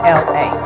la